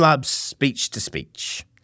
speech-to-speech